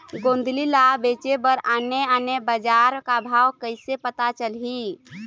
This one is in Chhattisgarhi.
गोंदली ला बेचे बर आने आने बजार का भाव कइसे पता चलही?